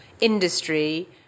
industry